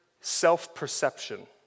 self-perception